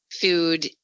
food